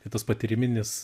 ir tas patyriminis